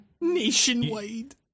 Nationwide